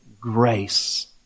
grace